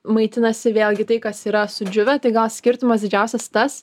maitinasi vėlgi tai kas yra sudžiūvę tai gal skirtumas didžiausias tas